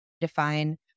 define